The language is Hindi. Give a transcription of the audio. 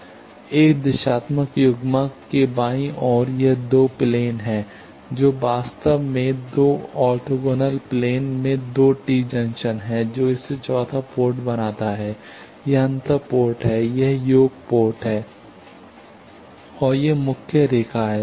एक दिशात्मक युग्मक के बाईं ओर यह 2 प्लेन है जो वास्तव में 2 ऑर्थोगोनल प्लेन में 2 टी जंक्शन है जो इसे चौथा पोर्ट बनाता है यह अंतर पोर्ट है यह योग पोर्ट है और यह मुख्य रेखा है